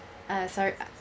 uh sorry